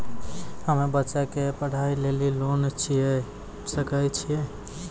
हम्मे बच्चा के पढ़ाई लेली लोन लिये सकय छियै?